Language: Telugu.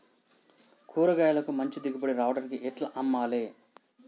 కూరగాయలకు మంచి దిగుబడి రావడానికి ఎట్ల అమ్మాలే?